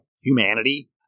humanity